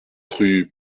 rue